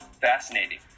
fascinating